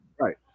Right